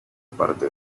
parte